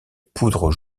poudre